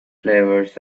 flavors